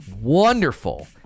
wonderful